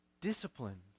Discipline